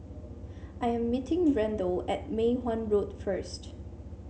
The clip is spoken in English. I am meeting Randal at Mei Hwan Road first